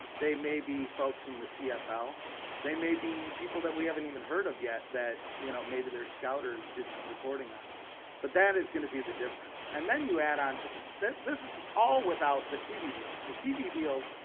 they may be folks in the cfl they may be people that we haven't even heard of yet that you know maybe they're scouters did some reporting on but that is going to be the difference and then you add on to them that this is all without the tv deals the tv deals,